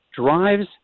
drives